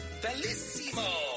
bellissimo